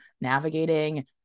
navigating